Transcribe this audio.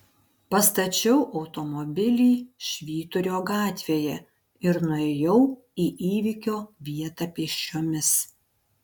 pastačiau automobilį švyturio gatvėje ir nuėjau į įvykio vietą pėsčiomis